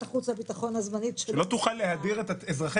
החוץ והביטחון הזמנית --- לא תוכל להדיר את אזרחי